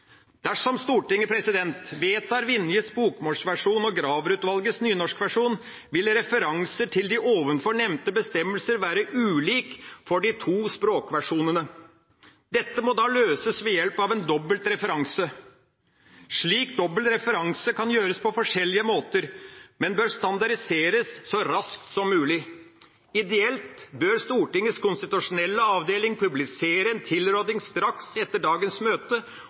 Dersom Stortinget vedtar Vinjes bokmålsversjon og Graver-utvalgets nynorskversjon, vil referanser til de ovenfor nevnte bestemmelser være ulike for de to språkversjonene. Dette må da løses ved hjelp av en dobbel referanse. Slik dobbel referanse kan gjøres på forskjellige måter, men bør standardiseres så raskt som mulig. Ideelt bør Stortingets konstitusjonelle avdeling publisere en tilråding straks etter dagens møte